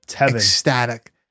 ecstatic